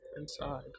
inside